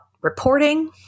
reporting